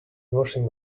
washing